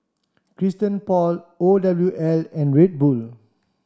Christian Paul O W L and Red Bull